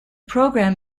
program